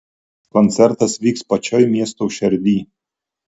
koncertas vyks pačioj miesto šerdyj